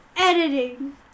Editing